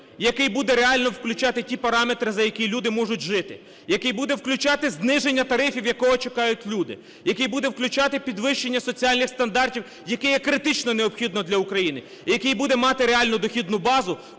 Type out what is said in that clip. який буде реально включати ті параметри, за які люди можуть жити, який буде включати зниження тарифів, якого чекають люди, який буде включати підвищення соціальних стандартів, яке є критично необхідне для України, і який буде мати реальну дохідну базу,